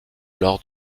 lors